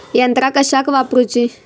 यंत्रा कशाक वापुरूची?